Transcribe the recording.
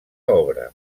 obra